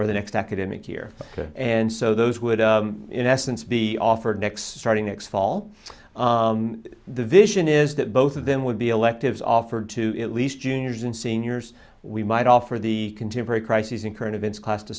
or the next academic year and so those would in essence be offered next starting next fall the vision is that both of them would be electives offered to at least juniors and seniors we might offer the contemporary crises and current events c